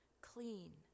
clean